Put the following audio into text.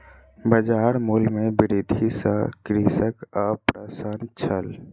बजार मूल्य में वृद्धि सॅ कृषक अप्रसन्न छल